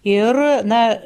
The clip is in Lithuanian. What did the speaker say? ir na